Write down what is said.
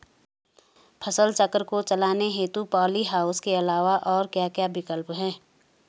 फसल चक्र को चलाने हेतु पॉली हाउस के अलावा और क्या क्या विकल्प हैं?